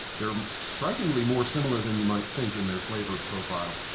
they're strikingly more similar than you might think in their flavor profile.